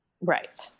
Right